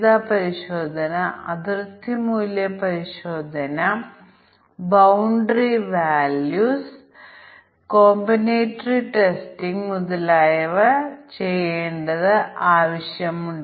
അതിനാൽ പരിധിക്കുള്ളിലെ മൂല്യങ്ങൾ നമ്മൾ പരിഗണിക്കുകയാണെങ്കിൽ നമുക്ക് പോസിറ്റീവ് ടെസ്റ്റ് കേസുകൾ ഇവിടെ 5 ഉം ഞങ്ങൾക്ക് ഇവിടെ 5 ഉം ആവശ്യമാണ്